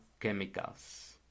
chemicals